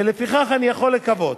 ולפיכך אני יכול לקוות